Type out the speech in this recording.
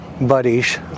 buddies